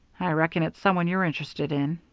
i reckon it's some one you're interested in.